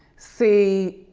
see,